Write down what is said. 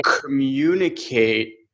communicate